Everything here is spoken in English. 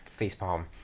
facepalm